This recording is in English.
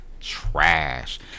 Trash